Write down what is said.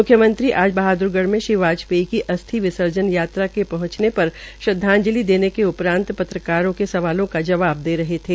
म्ख्यमंत्री आज बहाद्रगढ़ में श्री वाजपेयी की अस्थि विर्सजन यात्रा पहंचने पर श्रद्वाजंलि देने के उपरान्त पत्रकार के सवालों का जवाब दे रहे थे